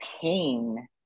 pain